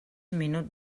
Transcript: minut